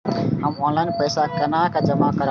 हम ऑनलाइन पैसा केना जमा करब?